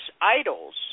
idols